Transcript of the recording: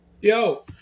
Yo